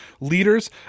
leaders